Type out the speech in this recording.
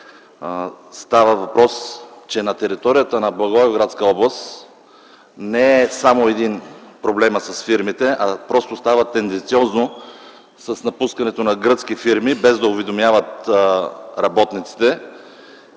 министъра –на територията на Благоевградска област не е само един - проблемът с фирмите, а просто става тенденциозно напускането на гръцки фирми, без да уведомяват работниците.